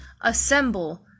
assemble